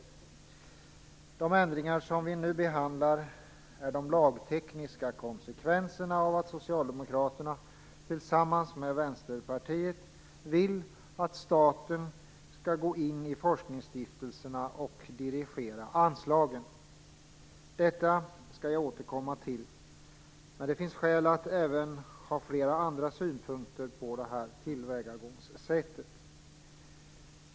De ändringar som vi nu behandlar är de lagtekniska konsekvenserna av att Socialdemokraterna tillsammans med Vänsterpartiet vill att staten skall gå in i forskningsstiftelserna och dirigera anslagen. Detta skall jag återkomma till. Men det finns skäl att även ha flera andra synpunkter på tillvägagångssättet.